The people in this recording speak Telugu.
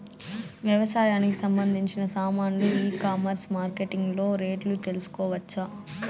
వ్యవసాయానికి సంబంధించిన సామాన్లు ఈ కామర్స్ మార్కెటింగ్ లో రేట్లు తెలుసుకోవచ్చా?